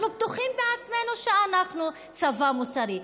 אנחנו בטוחים בעצמנו שאנחנו צבא מוסרי.